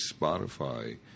Spotify